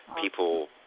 people